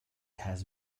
has